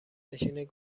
نشین